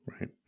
Right